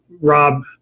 Rob